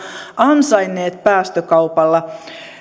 ansainneet päästökaupalla